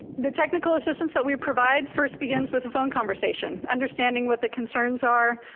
the technical assistance that we provide, first begins with phone conversation. understanding what the concerns are,